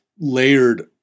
layered